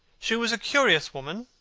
she was a curious woman,